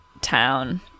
town